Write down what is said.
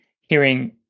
hearing